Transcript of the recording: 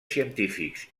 científics